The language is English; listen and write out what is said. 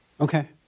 Okay